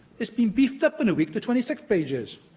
it's been beefed up in a week to twenty six pages,